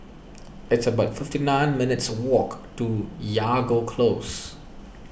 it's about fifty nine minutes' walk to Jago Close